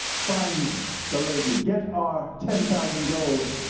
find the lady, get our ten thousand gold,